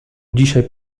dzisiaj